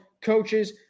coaches